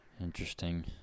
Interesting